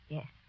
Yes